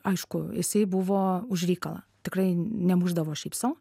aišku jisai buvo už reikalą tikrai nemušdavo šiaip sau